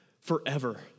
forever